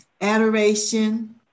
adoration